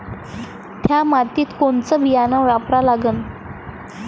थ्या मातीत कोनचं बियानं वापरा लागन?